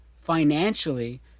financially